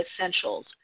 essentials